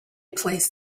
placed